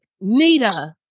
Nita